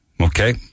Okay